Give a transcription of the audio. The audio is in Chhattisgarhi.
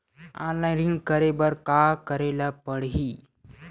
ऑनलाइन ऋण करे बर का करे ल पड़हि?